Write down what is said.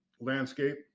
landscape